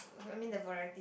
uh I mean the variety